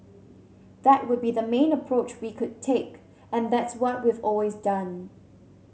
that would be the main approach we would take and that's what we've always done